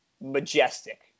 majestic